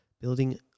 building